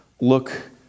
look